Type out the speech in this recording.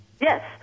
Yes